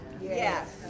Yes